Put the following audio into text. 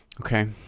okay